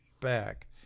back